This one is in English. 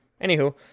Anywho